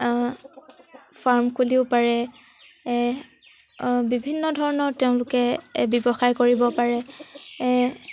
farm খুলিব পাৰে বিভিন্ন ধৰণৰ তেওঁলোকে ব্যৱসায় কৰিব পাৰে